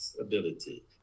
ability